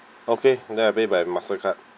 okay then I pay by Mastercard